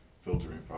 filtering